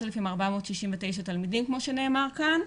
4,469 תלמידים כמו שנאמר כאן,